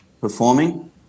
performing